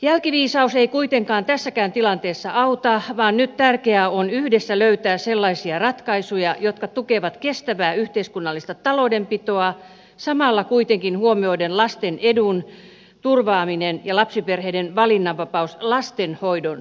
jälkiviisaus ei kuitenkaan tässäkään tilanteessa auta vaan nyt tärkeää on yhdessä löytää sellaisia ratkaisuja jotka tukevat kestävää yhteiskunnallista taloudenpitoa samalla kuitenkin huomioiden lasten edun turvaamisen ja lapsiperheiden valinnanvapauden lastenhoidon suhteen